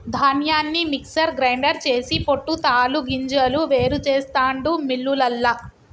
ధాన్యాన్ని mixer grinder చేసి పొట్టు తాలు గింజలు వేరు చెస్తాండు మిల్లులల్ల